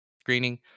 screening